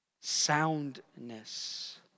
soundness